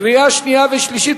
קריאה שנייה וקריאה שלישית.